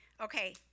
Okay